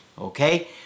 okay